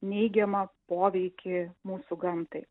neigiamą poveikį mūsų gamtai